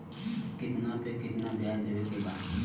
कितना पे कितना व्याज देवे के बा?